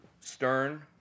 stern